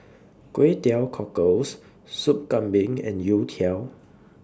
Kway Teow Cockles Sup Kambing and Youtiao